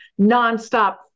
nonstop